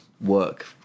work